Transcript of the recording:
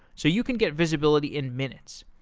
so you can get visibility in minutes.